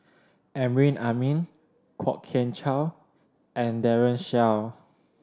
Amrin Amin Kwok Kian Chow and Daren Shiau